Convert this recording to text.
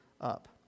up